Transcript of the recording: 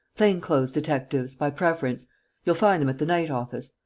plain-clothes detectives, by preference you'll find them at the night-office.